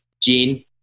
Gene